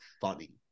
funny